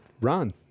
run